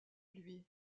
lui